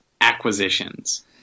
acquisitions